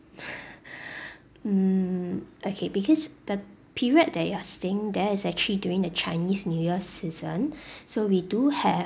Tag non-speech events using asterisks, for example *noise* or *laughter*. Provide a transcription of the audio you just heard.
*laughs* um okay because the period that you are staying there is actually during the chinese new year season so we do have